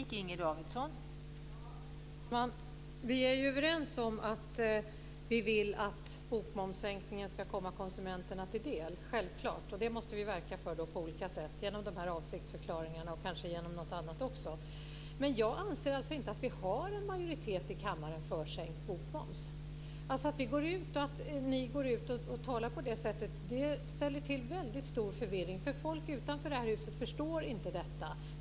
Fru talman! Vi är överens om att vi vill att bokmomssänkningen ska komma konsumenterna till del, självklart. Det måste vi verka för på olika sätt genom de här avsiktsförklaringarna och kanske genom något annat också. Men jag anser alltså inte att vi har en majoritet i kammaren för sänkt bokmoms. Att ni går ut och talar på det sättet ställer till väldigt stor förvirring. Människor utanför det här huset förstår inte detta.